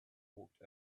walked